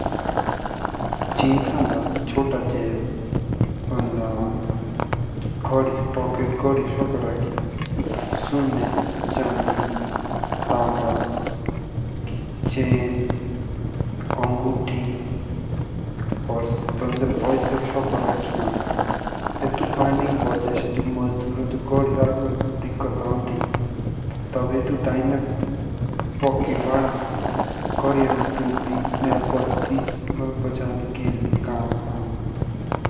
जींस साढ़ा छोटा जेब अंदर पॉकेट गाड़ी सको राखी सुने चाँदी तांबा की चैन अंगूठी और थोंड़े पोइसे दे सको राखी आम। अतुक बढ़ने के विजा इसी जो जो मजदूर हो गाड़ी रखने के दिक्कत आओ थी। तबि तो डिआना पॉकेट बना गाडियाँ न टूटडी न बाचडी बचाने के काम आओ।